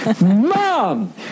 Mom